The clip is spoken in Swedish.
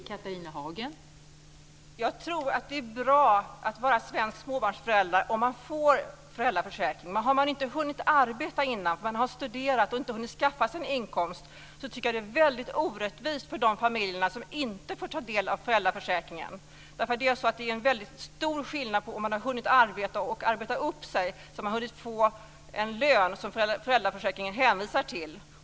Fru talman! Jag tror att det är bra att vara svensk småbarnsförälder om man får ta del av föräldraförsäkringen. Men för de föräldrar som inte hunnit arbeta innan utan har studerat och inte hunnit skaffa sig en inkomst, tycker jag att det är väldigt orättvist att de inte får ta del av föräldraförsäkringen. Det är nämligen en stor skillnad mot om man har hunnit arbeta upp sig så att man hunnit få en lön som föräldraförsäkringen hänvisar till.